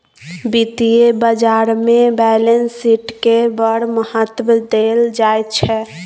वित्तीय बाजारमे बैलेंस शीटकेँ बड़ महत्व देल जाइत छै